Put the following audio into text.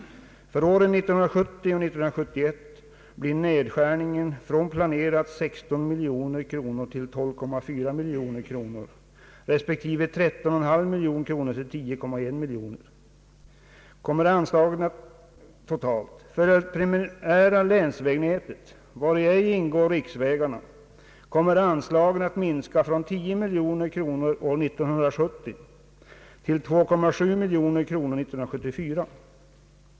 För åren 1970 och 1971 blir det en nedskärning från planerat 16 miljoner kronor till 12,4 miljoner kronor respektive från 13,5 miljoner kronor till 10,1 miljoner kronor totalt. För det primära länsvägnätet, vari ej ingår riksvägarna, kommer anslagen att minska från 10 miljoner kronor år 1970 till 2,7 miljoner kronor 1974.